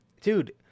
Dude